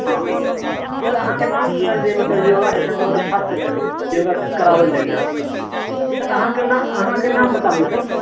हँ सर अहाँकेँ नाम सुनलिऐ मतलब योगा सेशनमे मतलब छात्र सबसँ योगा कराओल जाइत छै अहाँकेँ नाम अहाँकेँ नाम बताबियौ सर